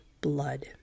blood